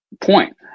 point